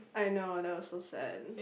I know that was so sad